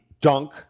dunk